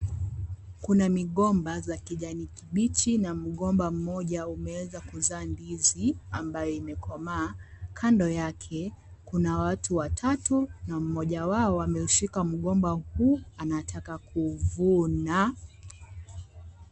Kuna migomba za kijani kibichi, na mgomba mmoja umeweza kuzaa ndizi ambayo imekomaa. Kando yake, kuna watu watatu, na mmoja wao ameushika mgomba huu, anataka kuuvuna.